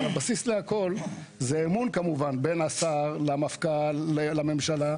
אבל הבסיס להכול זה כמובן אמון בין השר למפכ"ל לממשלה,